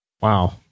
Wow